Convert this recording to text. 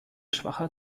schwacher